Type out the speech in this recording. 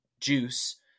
juice